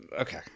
Okay